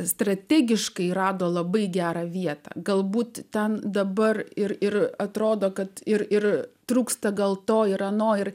strategiškai rado labai gerą vietą galbūt ten dabar ir ir atrodo kad ir ir trūksta gal to ir ano ir